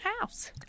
house